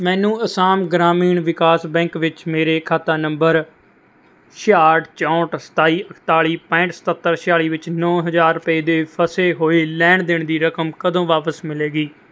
ਮੈਨੂੰ ਅਸਾਮ ਗ੍ਰਾਮੀਣ ਵਿਕਾਸ ਬੈਂਕ ਵਿੱਚ ਮੇਰੇ ਖਾਤਾ ਨੰਬਰ ਛਿਹਾਠ ਚੌਂਹਠ ਸਤਾਈ ਇਕਤਾਲੀ ਪੈਂਹਠ ਸਤੱਤਰ ਛਿਆਲੀ ਵਿੱਚ ਨੌ ਹਜ਼ਾਰ ਰੁਪਏ ਦੇ ਫਸੇ ਹੋਏ ਲੈਣ ਦੇਣ ਦੀ ਰਕਮ ਕਦੋਂ ਵਾਪਸ ਮਿਲੇਗੀ